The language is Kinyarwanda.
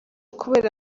kubera